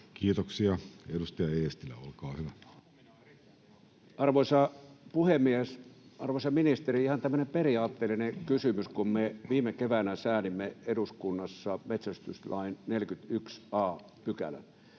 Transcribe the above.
hallinnonala Time: 18:01 Content: Arvoisa puhemies! Arvoisa ministeri, ihan tämmöinen periaatteellinen kysymys: Kun me viime keväänä säädimme eduskunnassa metsästyslain 41 a §:n